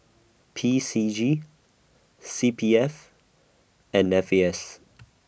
P C G C P F and F A S